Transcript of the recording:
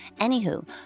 Anywho